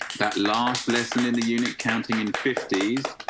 that last lesson in the unit counting in fifty s.